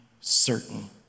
certain